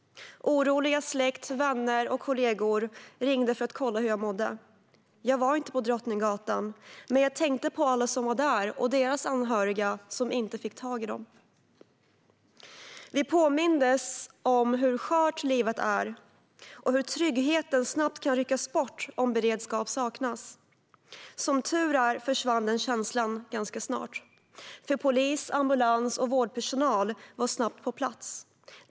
Oroliga släktingar, vänner och kollegor ringde för att kolla hur jag mådde. Jag var inte på Drottninggatan, men jag tänkte på alla som var där och på deras anhöriga som inte fick tag i dem. Vi påmindes om hur skört livet är och hur tryggheten snabbt kan ryckas bort om beredskap saknas. Som tur är försvann den känslan ganska snart, för polis, ambulans och vårdpersonal var snabbt på plats.